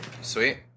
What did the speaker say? sweet